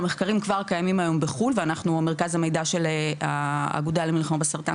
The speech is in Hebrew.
המחקרים כבר קיימים היום בחו"ל ומרכז המידע של האגודה למלחמה בסרטן